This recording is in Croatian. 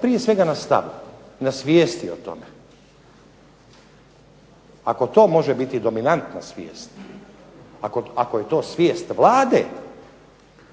prije svega na stavu, na svijesti o tome. Ako to može biti dominantna svijest, ako je to svijest Vlade,